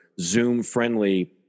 Zoom-friendly